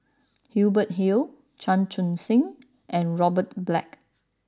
Hubert Hill Chan Chun Sing and Robert Black